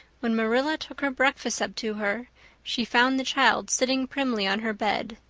when marilla took her breakfast up to her she found the child sitting primly on her bed,